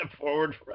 forward